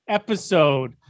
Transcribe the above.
episode